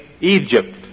Egypt